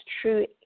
true